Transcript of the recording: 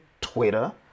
Twitter